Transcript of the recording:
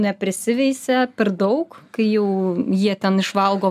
neprisiveisia per daug kai jau jie ten išvalgo